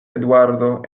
eduardo